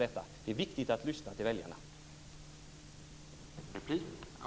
Det är viktigt att lyssna till väljarna.